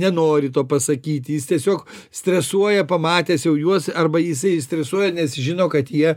nenori to pasakyti jis tiesiog stresuoja pamatęs jau juos arba jisai stresuoja nes žino kad jie